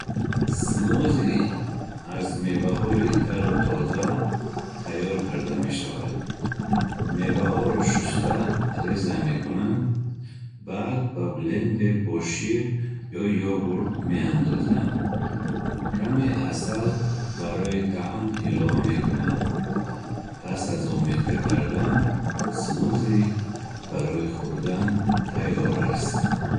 Смузи аз меваҳои тару тоза тайёр карда мешавад. Меваҳоро шуста, реза мекунанд. Баъд ба блендер бо шир ё йогурт меандозанд. Каме асал барои таъм илова мекунанд. Пас аз омехта кардан, смузи барои хурдан тайёр аст.